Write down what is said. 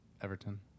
Everton